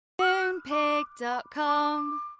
Moonpig.com